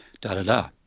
da-da-da